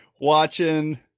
watching